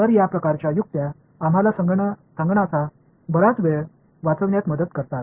तर या प्रकारच्या युक्त्या आम्हाला संगणनाचा बराच वेळ वाचविण्यास मदत करतात